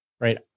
right